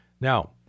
Now